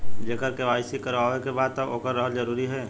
जेकर के.वाइ.सी करवाएं के बा तब ओकर रहल जरूरी हे?